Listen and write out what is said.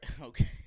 Okay